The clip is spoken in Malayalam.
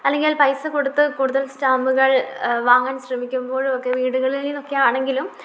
അല്ലെങ്കിൽ പൈസ കൊടുത്ത് കൂടുതൽ സ്റ്റാമ്പുകൾ വാങ്ങാൻ ശ്രമിക്കുമ്പോഴുമൊക്കെ വീടുകളിൽ നിന്നൊക്കെ ആണെങ്കിലും